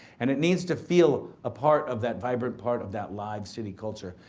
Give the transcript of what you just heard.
and it needs to feel a part of that vibrant part of that live city culture.